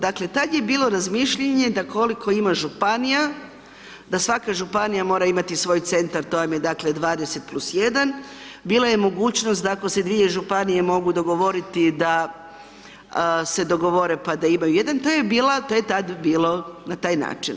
Dakle tada je bilo razmišljanje da koliko ima županija da svaka županija mora imati svoj centar, to vam je dakle 20+1. Bila je mogućnost da ako se dvije županije mogu dogovoriti da se dogovore pa da imaju jedan, to je bila, to je tad bilo na taj način.